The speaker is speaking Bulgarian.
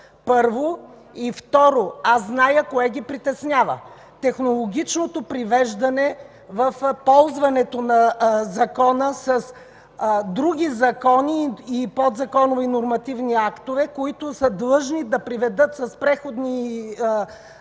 първо. И, второ – аз зная какво ги притеснява: технологичното привеждане в ползването на закона с други закони и подзаконови нормативни актове, които са длъжни да приведат с Преходни